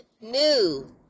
new